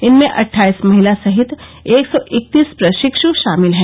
इनमें अट्ठाईस महिला सहित एक सौ इकतीस प्रशिक्ष शामिल हैं